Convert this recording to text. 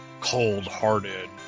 cold-hearted